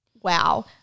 Wow